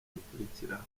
gikurikira